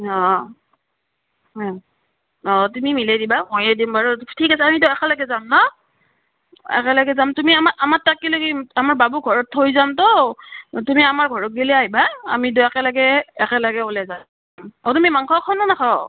অঁ অঁ অঁ তুমি মিলেই দিবা ময়ে দিম বাৰু ঠিক আছে আমি দুয়ো একেলগে যাম ন একেলগে যাম তুমি আমাৰ তাতকে লেগি আমাৰ বাবুক ঘৰত থৈ যামতো তুমি আমাৰ ঘৰক লেগি আইভা আমি দুয়ো একেলগে একেলগে উলাই যাম অঁ তুমি মাংস খ'নে নখৱ